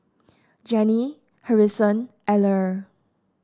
Jenny Harrison Eller